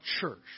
church